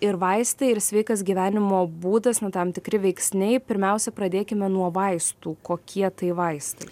ir vaistai ir sveikas gyvenimo būdas na tam tikri veiksniai pirmiausia pradėkime nuo vaistų kokie tai vaistai